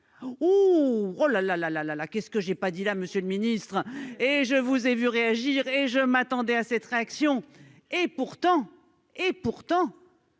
ouvre la la la la la la, qu'est ce que j'ai pas dit là, Monsieur le Ministre, et je vous ai vu réagir et je m'attendais à cette réaction et pourtant, et pourtant